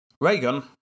Reagan